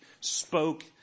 spoke